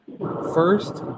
First